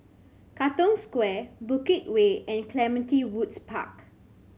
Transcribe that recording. Katong Square Bukit Way and Clementi Woods Park